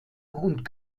und